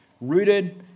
rooted